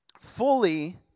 fully